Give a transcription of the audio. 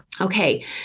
Okay